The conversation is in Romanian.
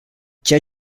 ceea